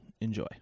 Enjoy